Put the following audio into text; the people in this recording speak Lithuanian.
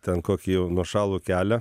ten kokį jau nuošalų kelią